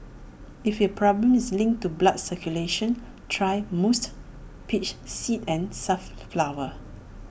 if your problem is linked to blood circulation try musk peach seed and safflower